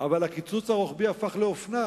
אבל הקיצוץ הרוחבי הפך לאופנה.